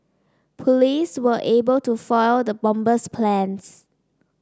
police were able to foil the bomber's plans